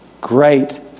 great